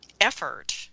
effort